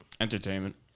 Entertainment